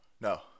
No